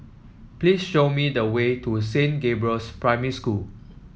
please show me the way to Saint Gabriel's Primary School